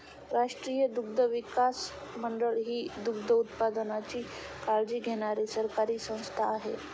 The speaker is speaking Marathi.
राष्ट्रीय दुग्धविकास मंडळ ही दुग्धोत्पादनाची काळजी घेणारी सरकारी संस्था आहे